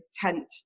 tent